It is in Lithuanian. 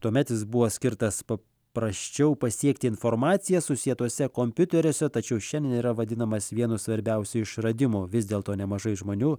tuomet jis buvo skirtas paprasčiau pasiekti informaciją susietuose kompiuteriuose tačiau šiandien yra vadinamas vienu svarbiausių išradimų vis dėlto nemažai žmonių